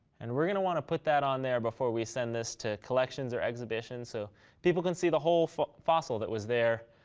and we're going to want to put that on there before we send this to collections or exhibitions so people can see the whole fossil that was there,